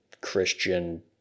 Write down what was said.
Christian